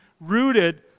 rooted